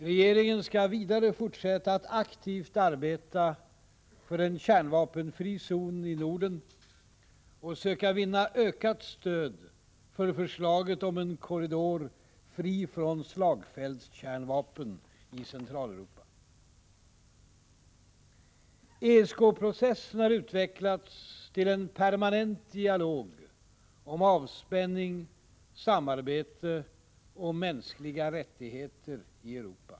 Regeringen skall vidare fortsätta att aktivt arbeta för en kärnvapenfri zon i Norden och söka vinna ökat stöd för förslaget om en korridor fri från slagfältskärnvapen i Centraleuropa. ESK-processen har utvecklats till en permanent dialog om avspänning, samarbete och mänskliga rättigheter i Europa.